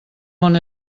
món